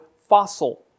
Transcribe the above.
fossil